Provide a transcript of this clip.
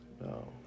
No